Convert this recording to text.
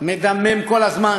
מדמם כל הזמן,